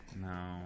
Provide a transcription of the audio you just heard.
No